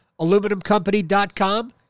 Aluminumcompany.com